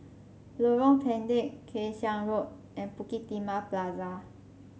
Lorong Pendek Kay Siang Road and Bukit Timah Plaza